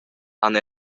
han